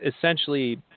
essentially